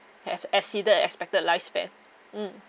have exceeded expected lifespan mm